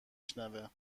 شنوه